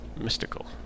mystical